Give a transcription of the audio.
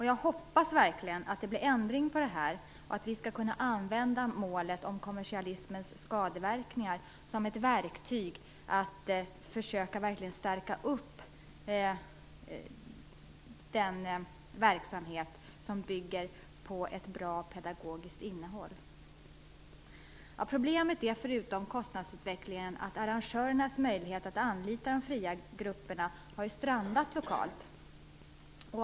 Jag hoppas verkligen att det blir ändring på detta och att vi skall kunna använda målet om kommersialismens skadeverkningar som ett verktyg att försöka stärka den verksamhet som bygger på ett bra pedagogiskt innehåll. Förutom kostnadsutvecklingen är problemet att arrangörernas möjlighet att anlita de fria grupperna har strandat lokalt.